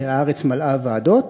כי הארץ מלאה ועדות,